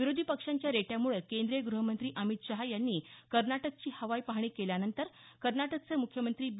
विरोधी पक्षांच्या रेट्याम्ळे केंद्रीय गृहमंत्री अमित शहा यांनी कर्नाटकची हवाई पाहणी केल्यानंतर कर्नाटकचे मुख्यमंत्री बी